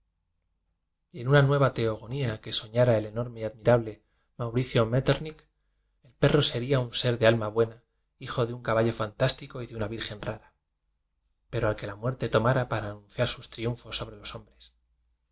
en una nueva teogonia que soñara el enorme y admirable mauricio maeterlink biblioteca nacional de españa el perro sería un ser de alma buena hijo de un caballo fantástico y de una virgen rara pero al que la muerte tomara para anunciar sus triunfos sobre los hombres